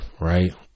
right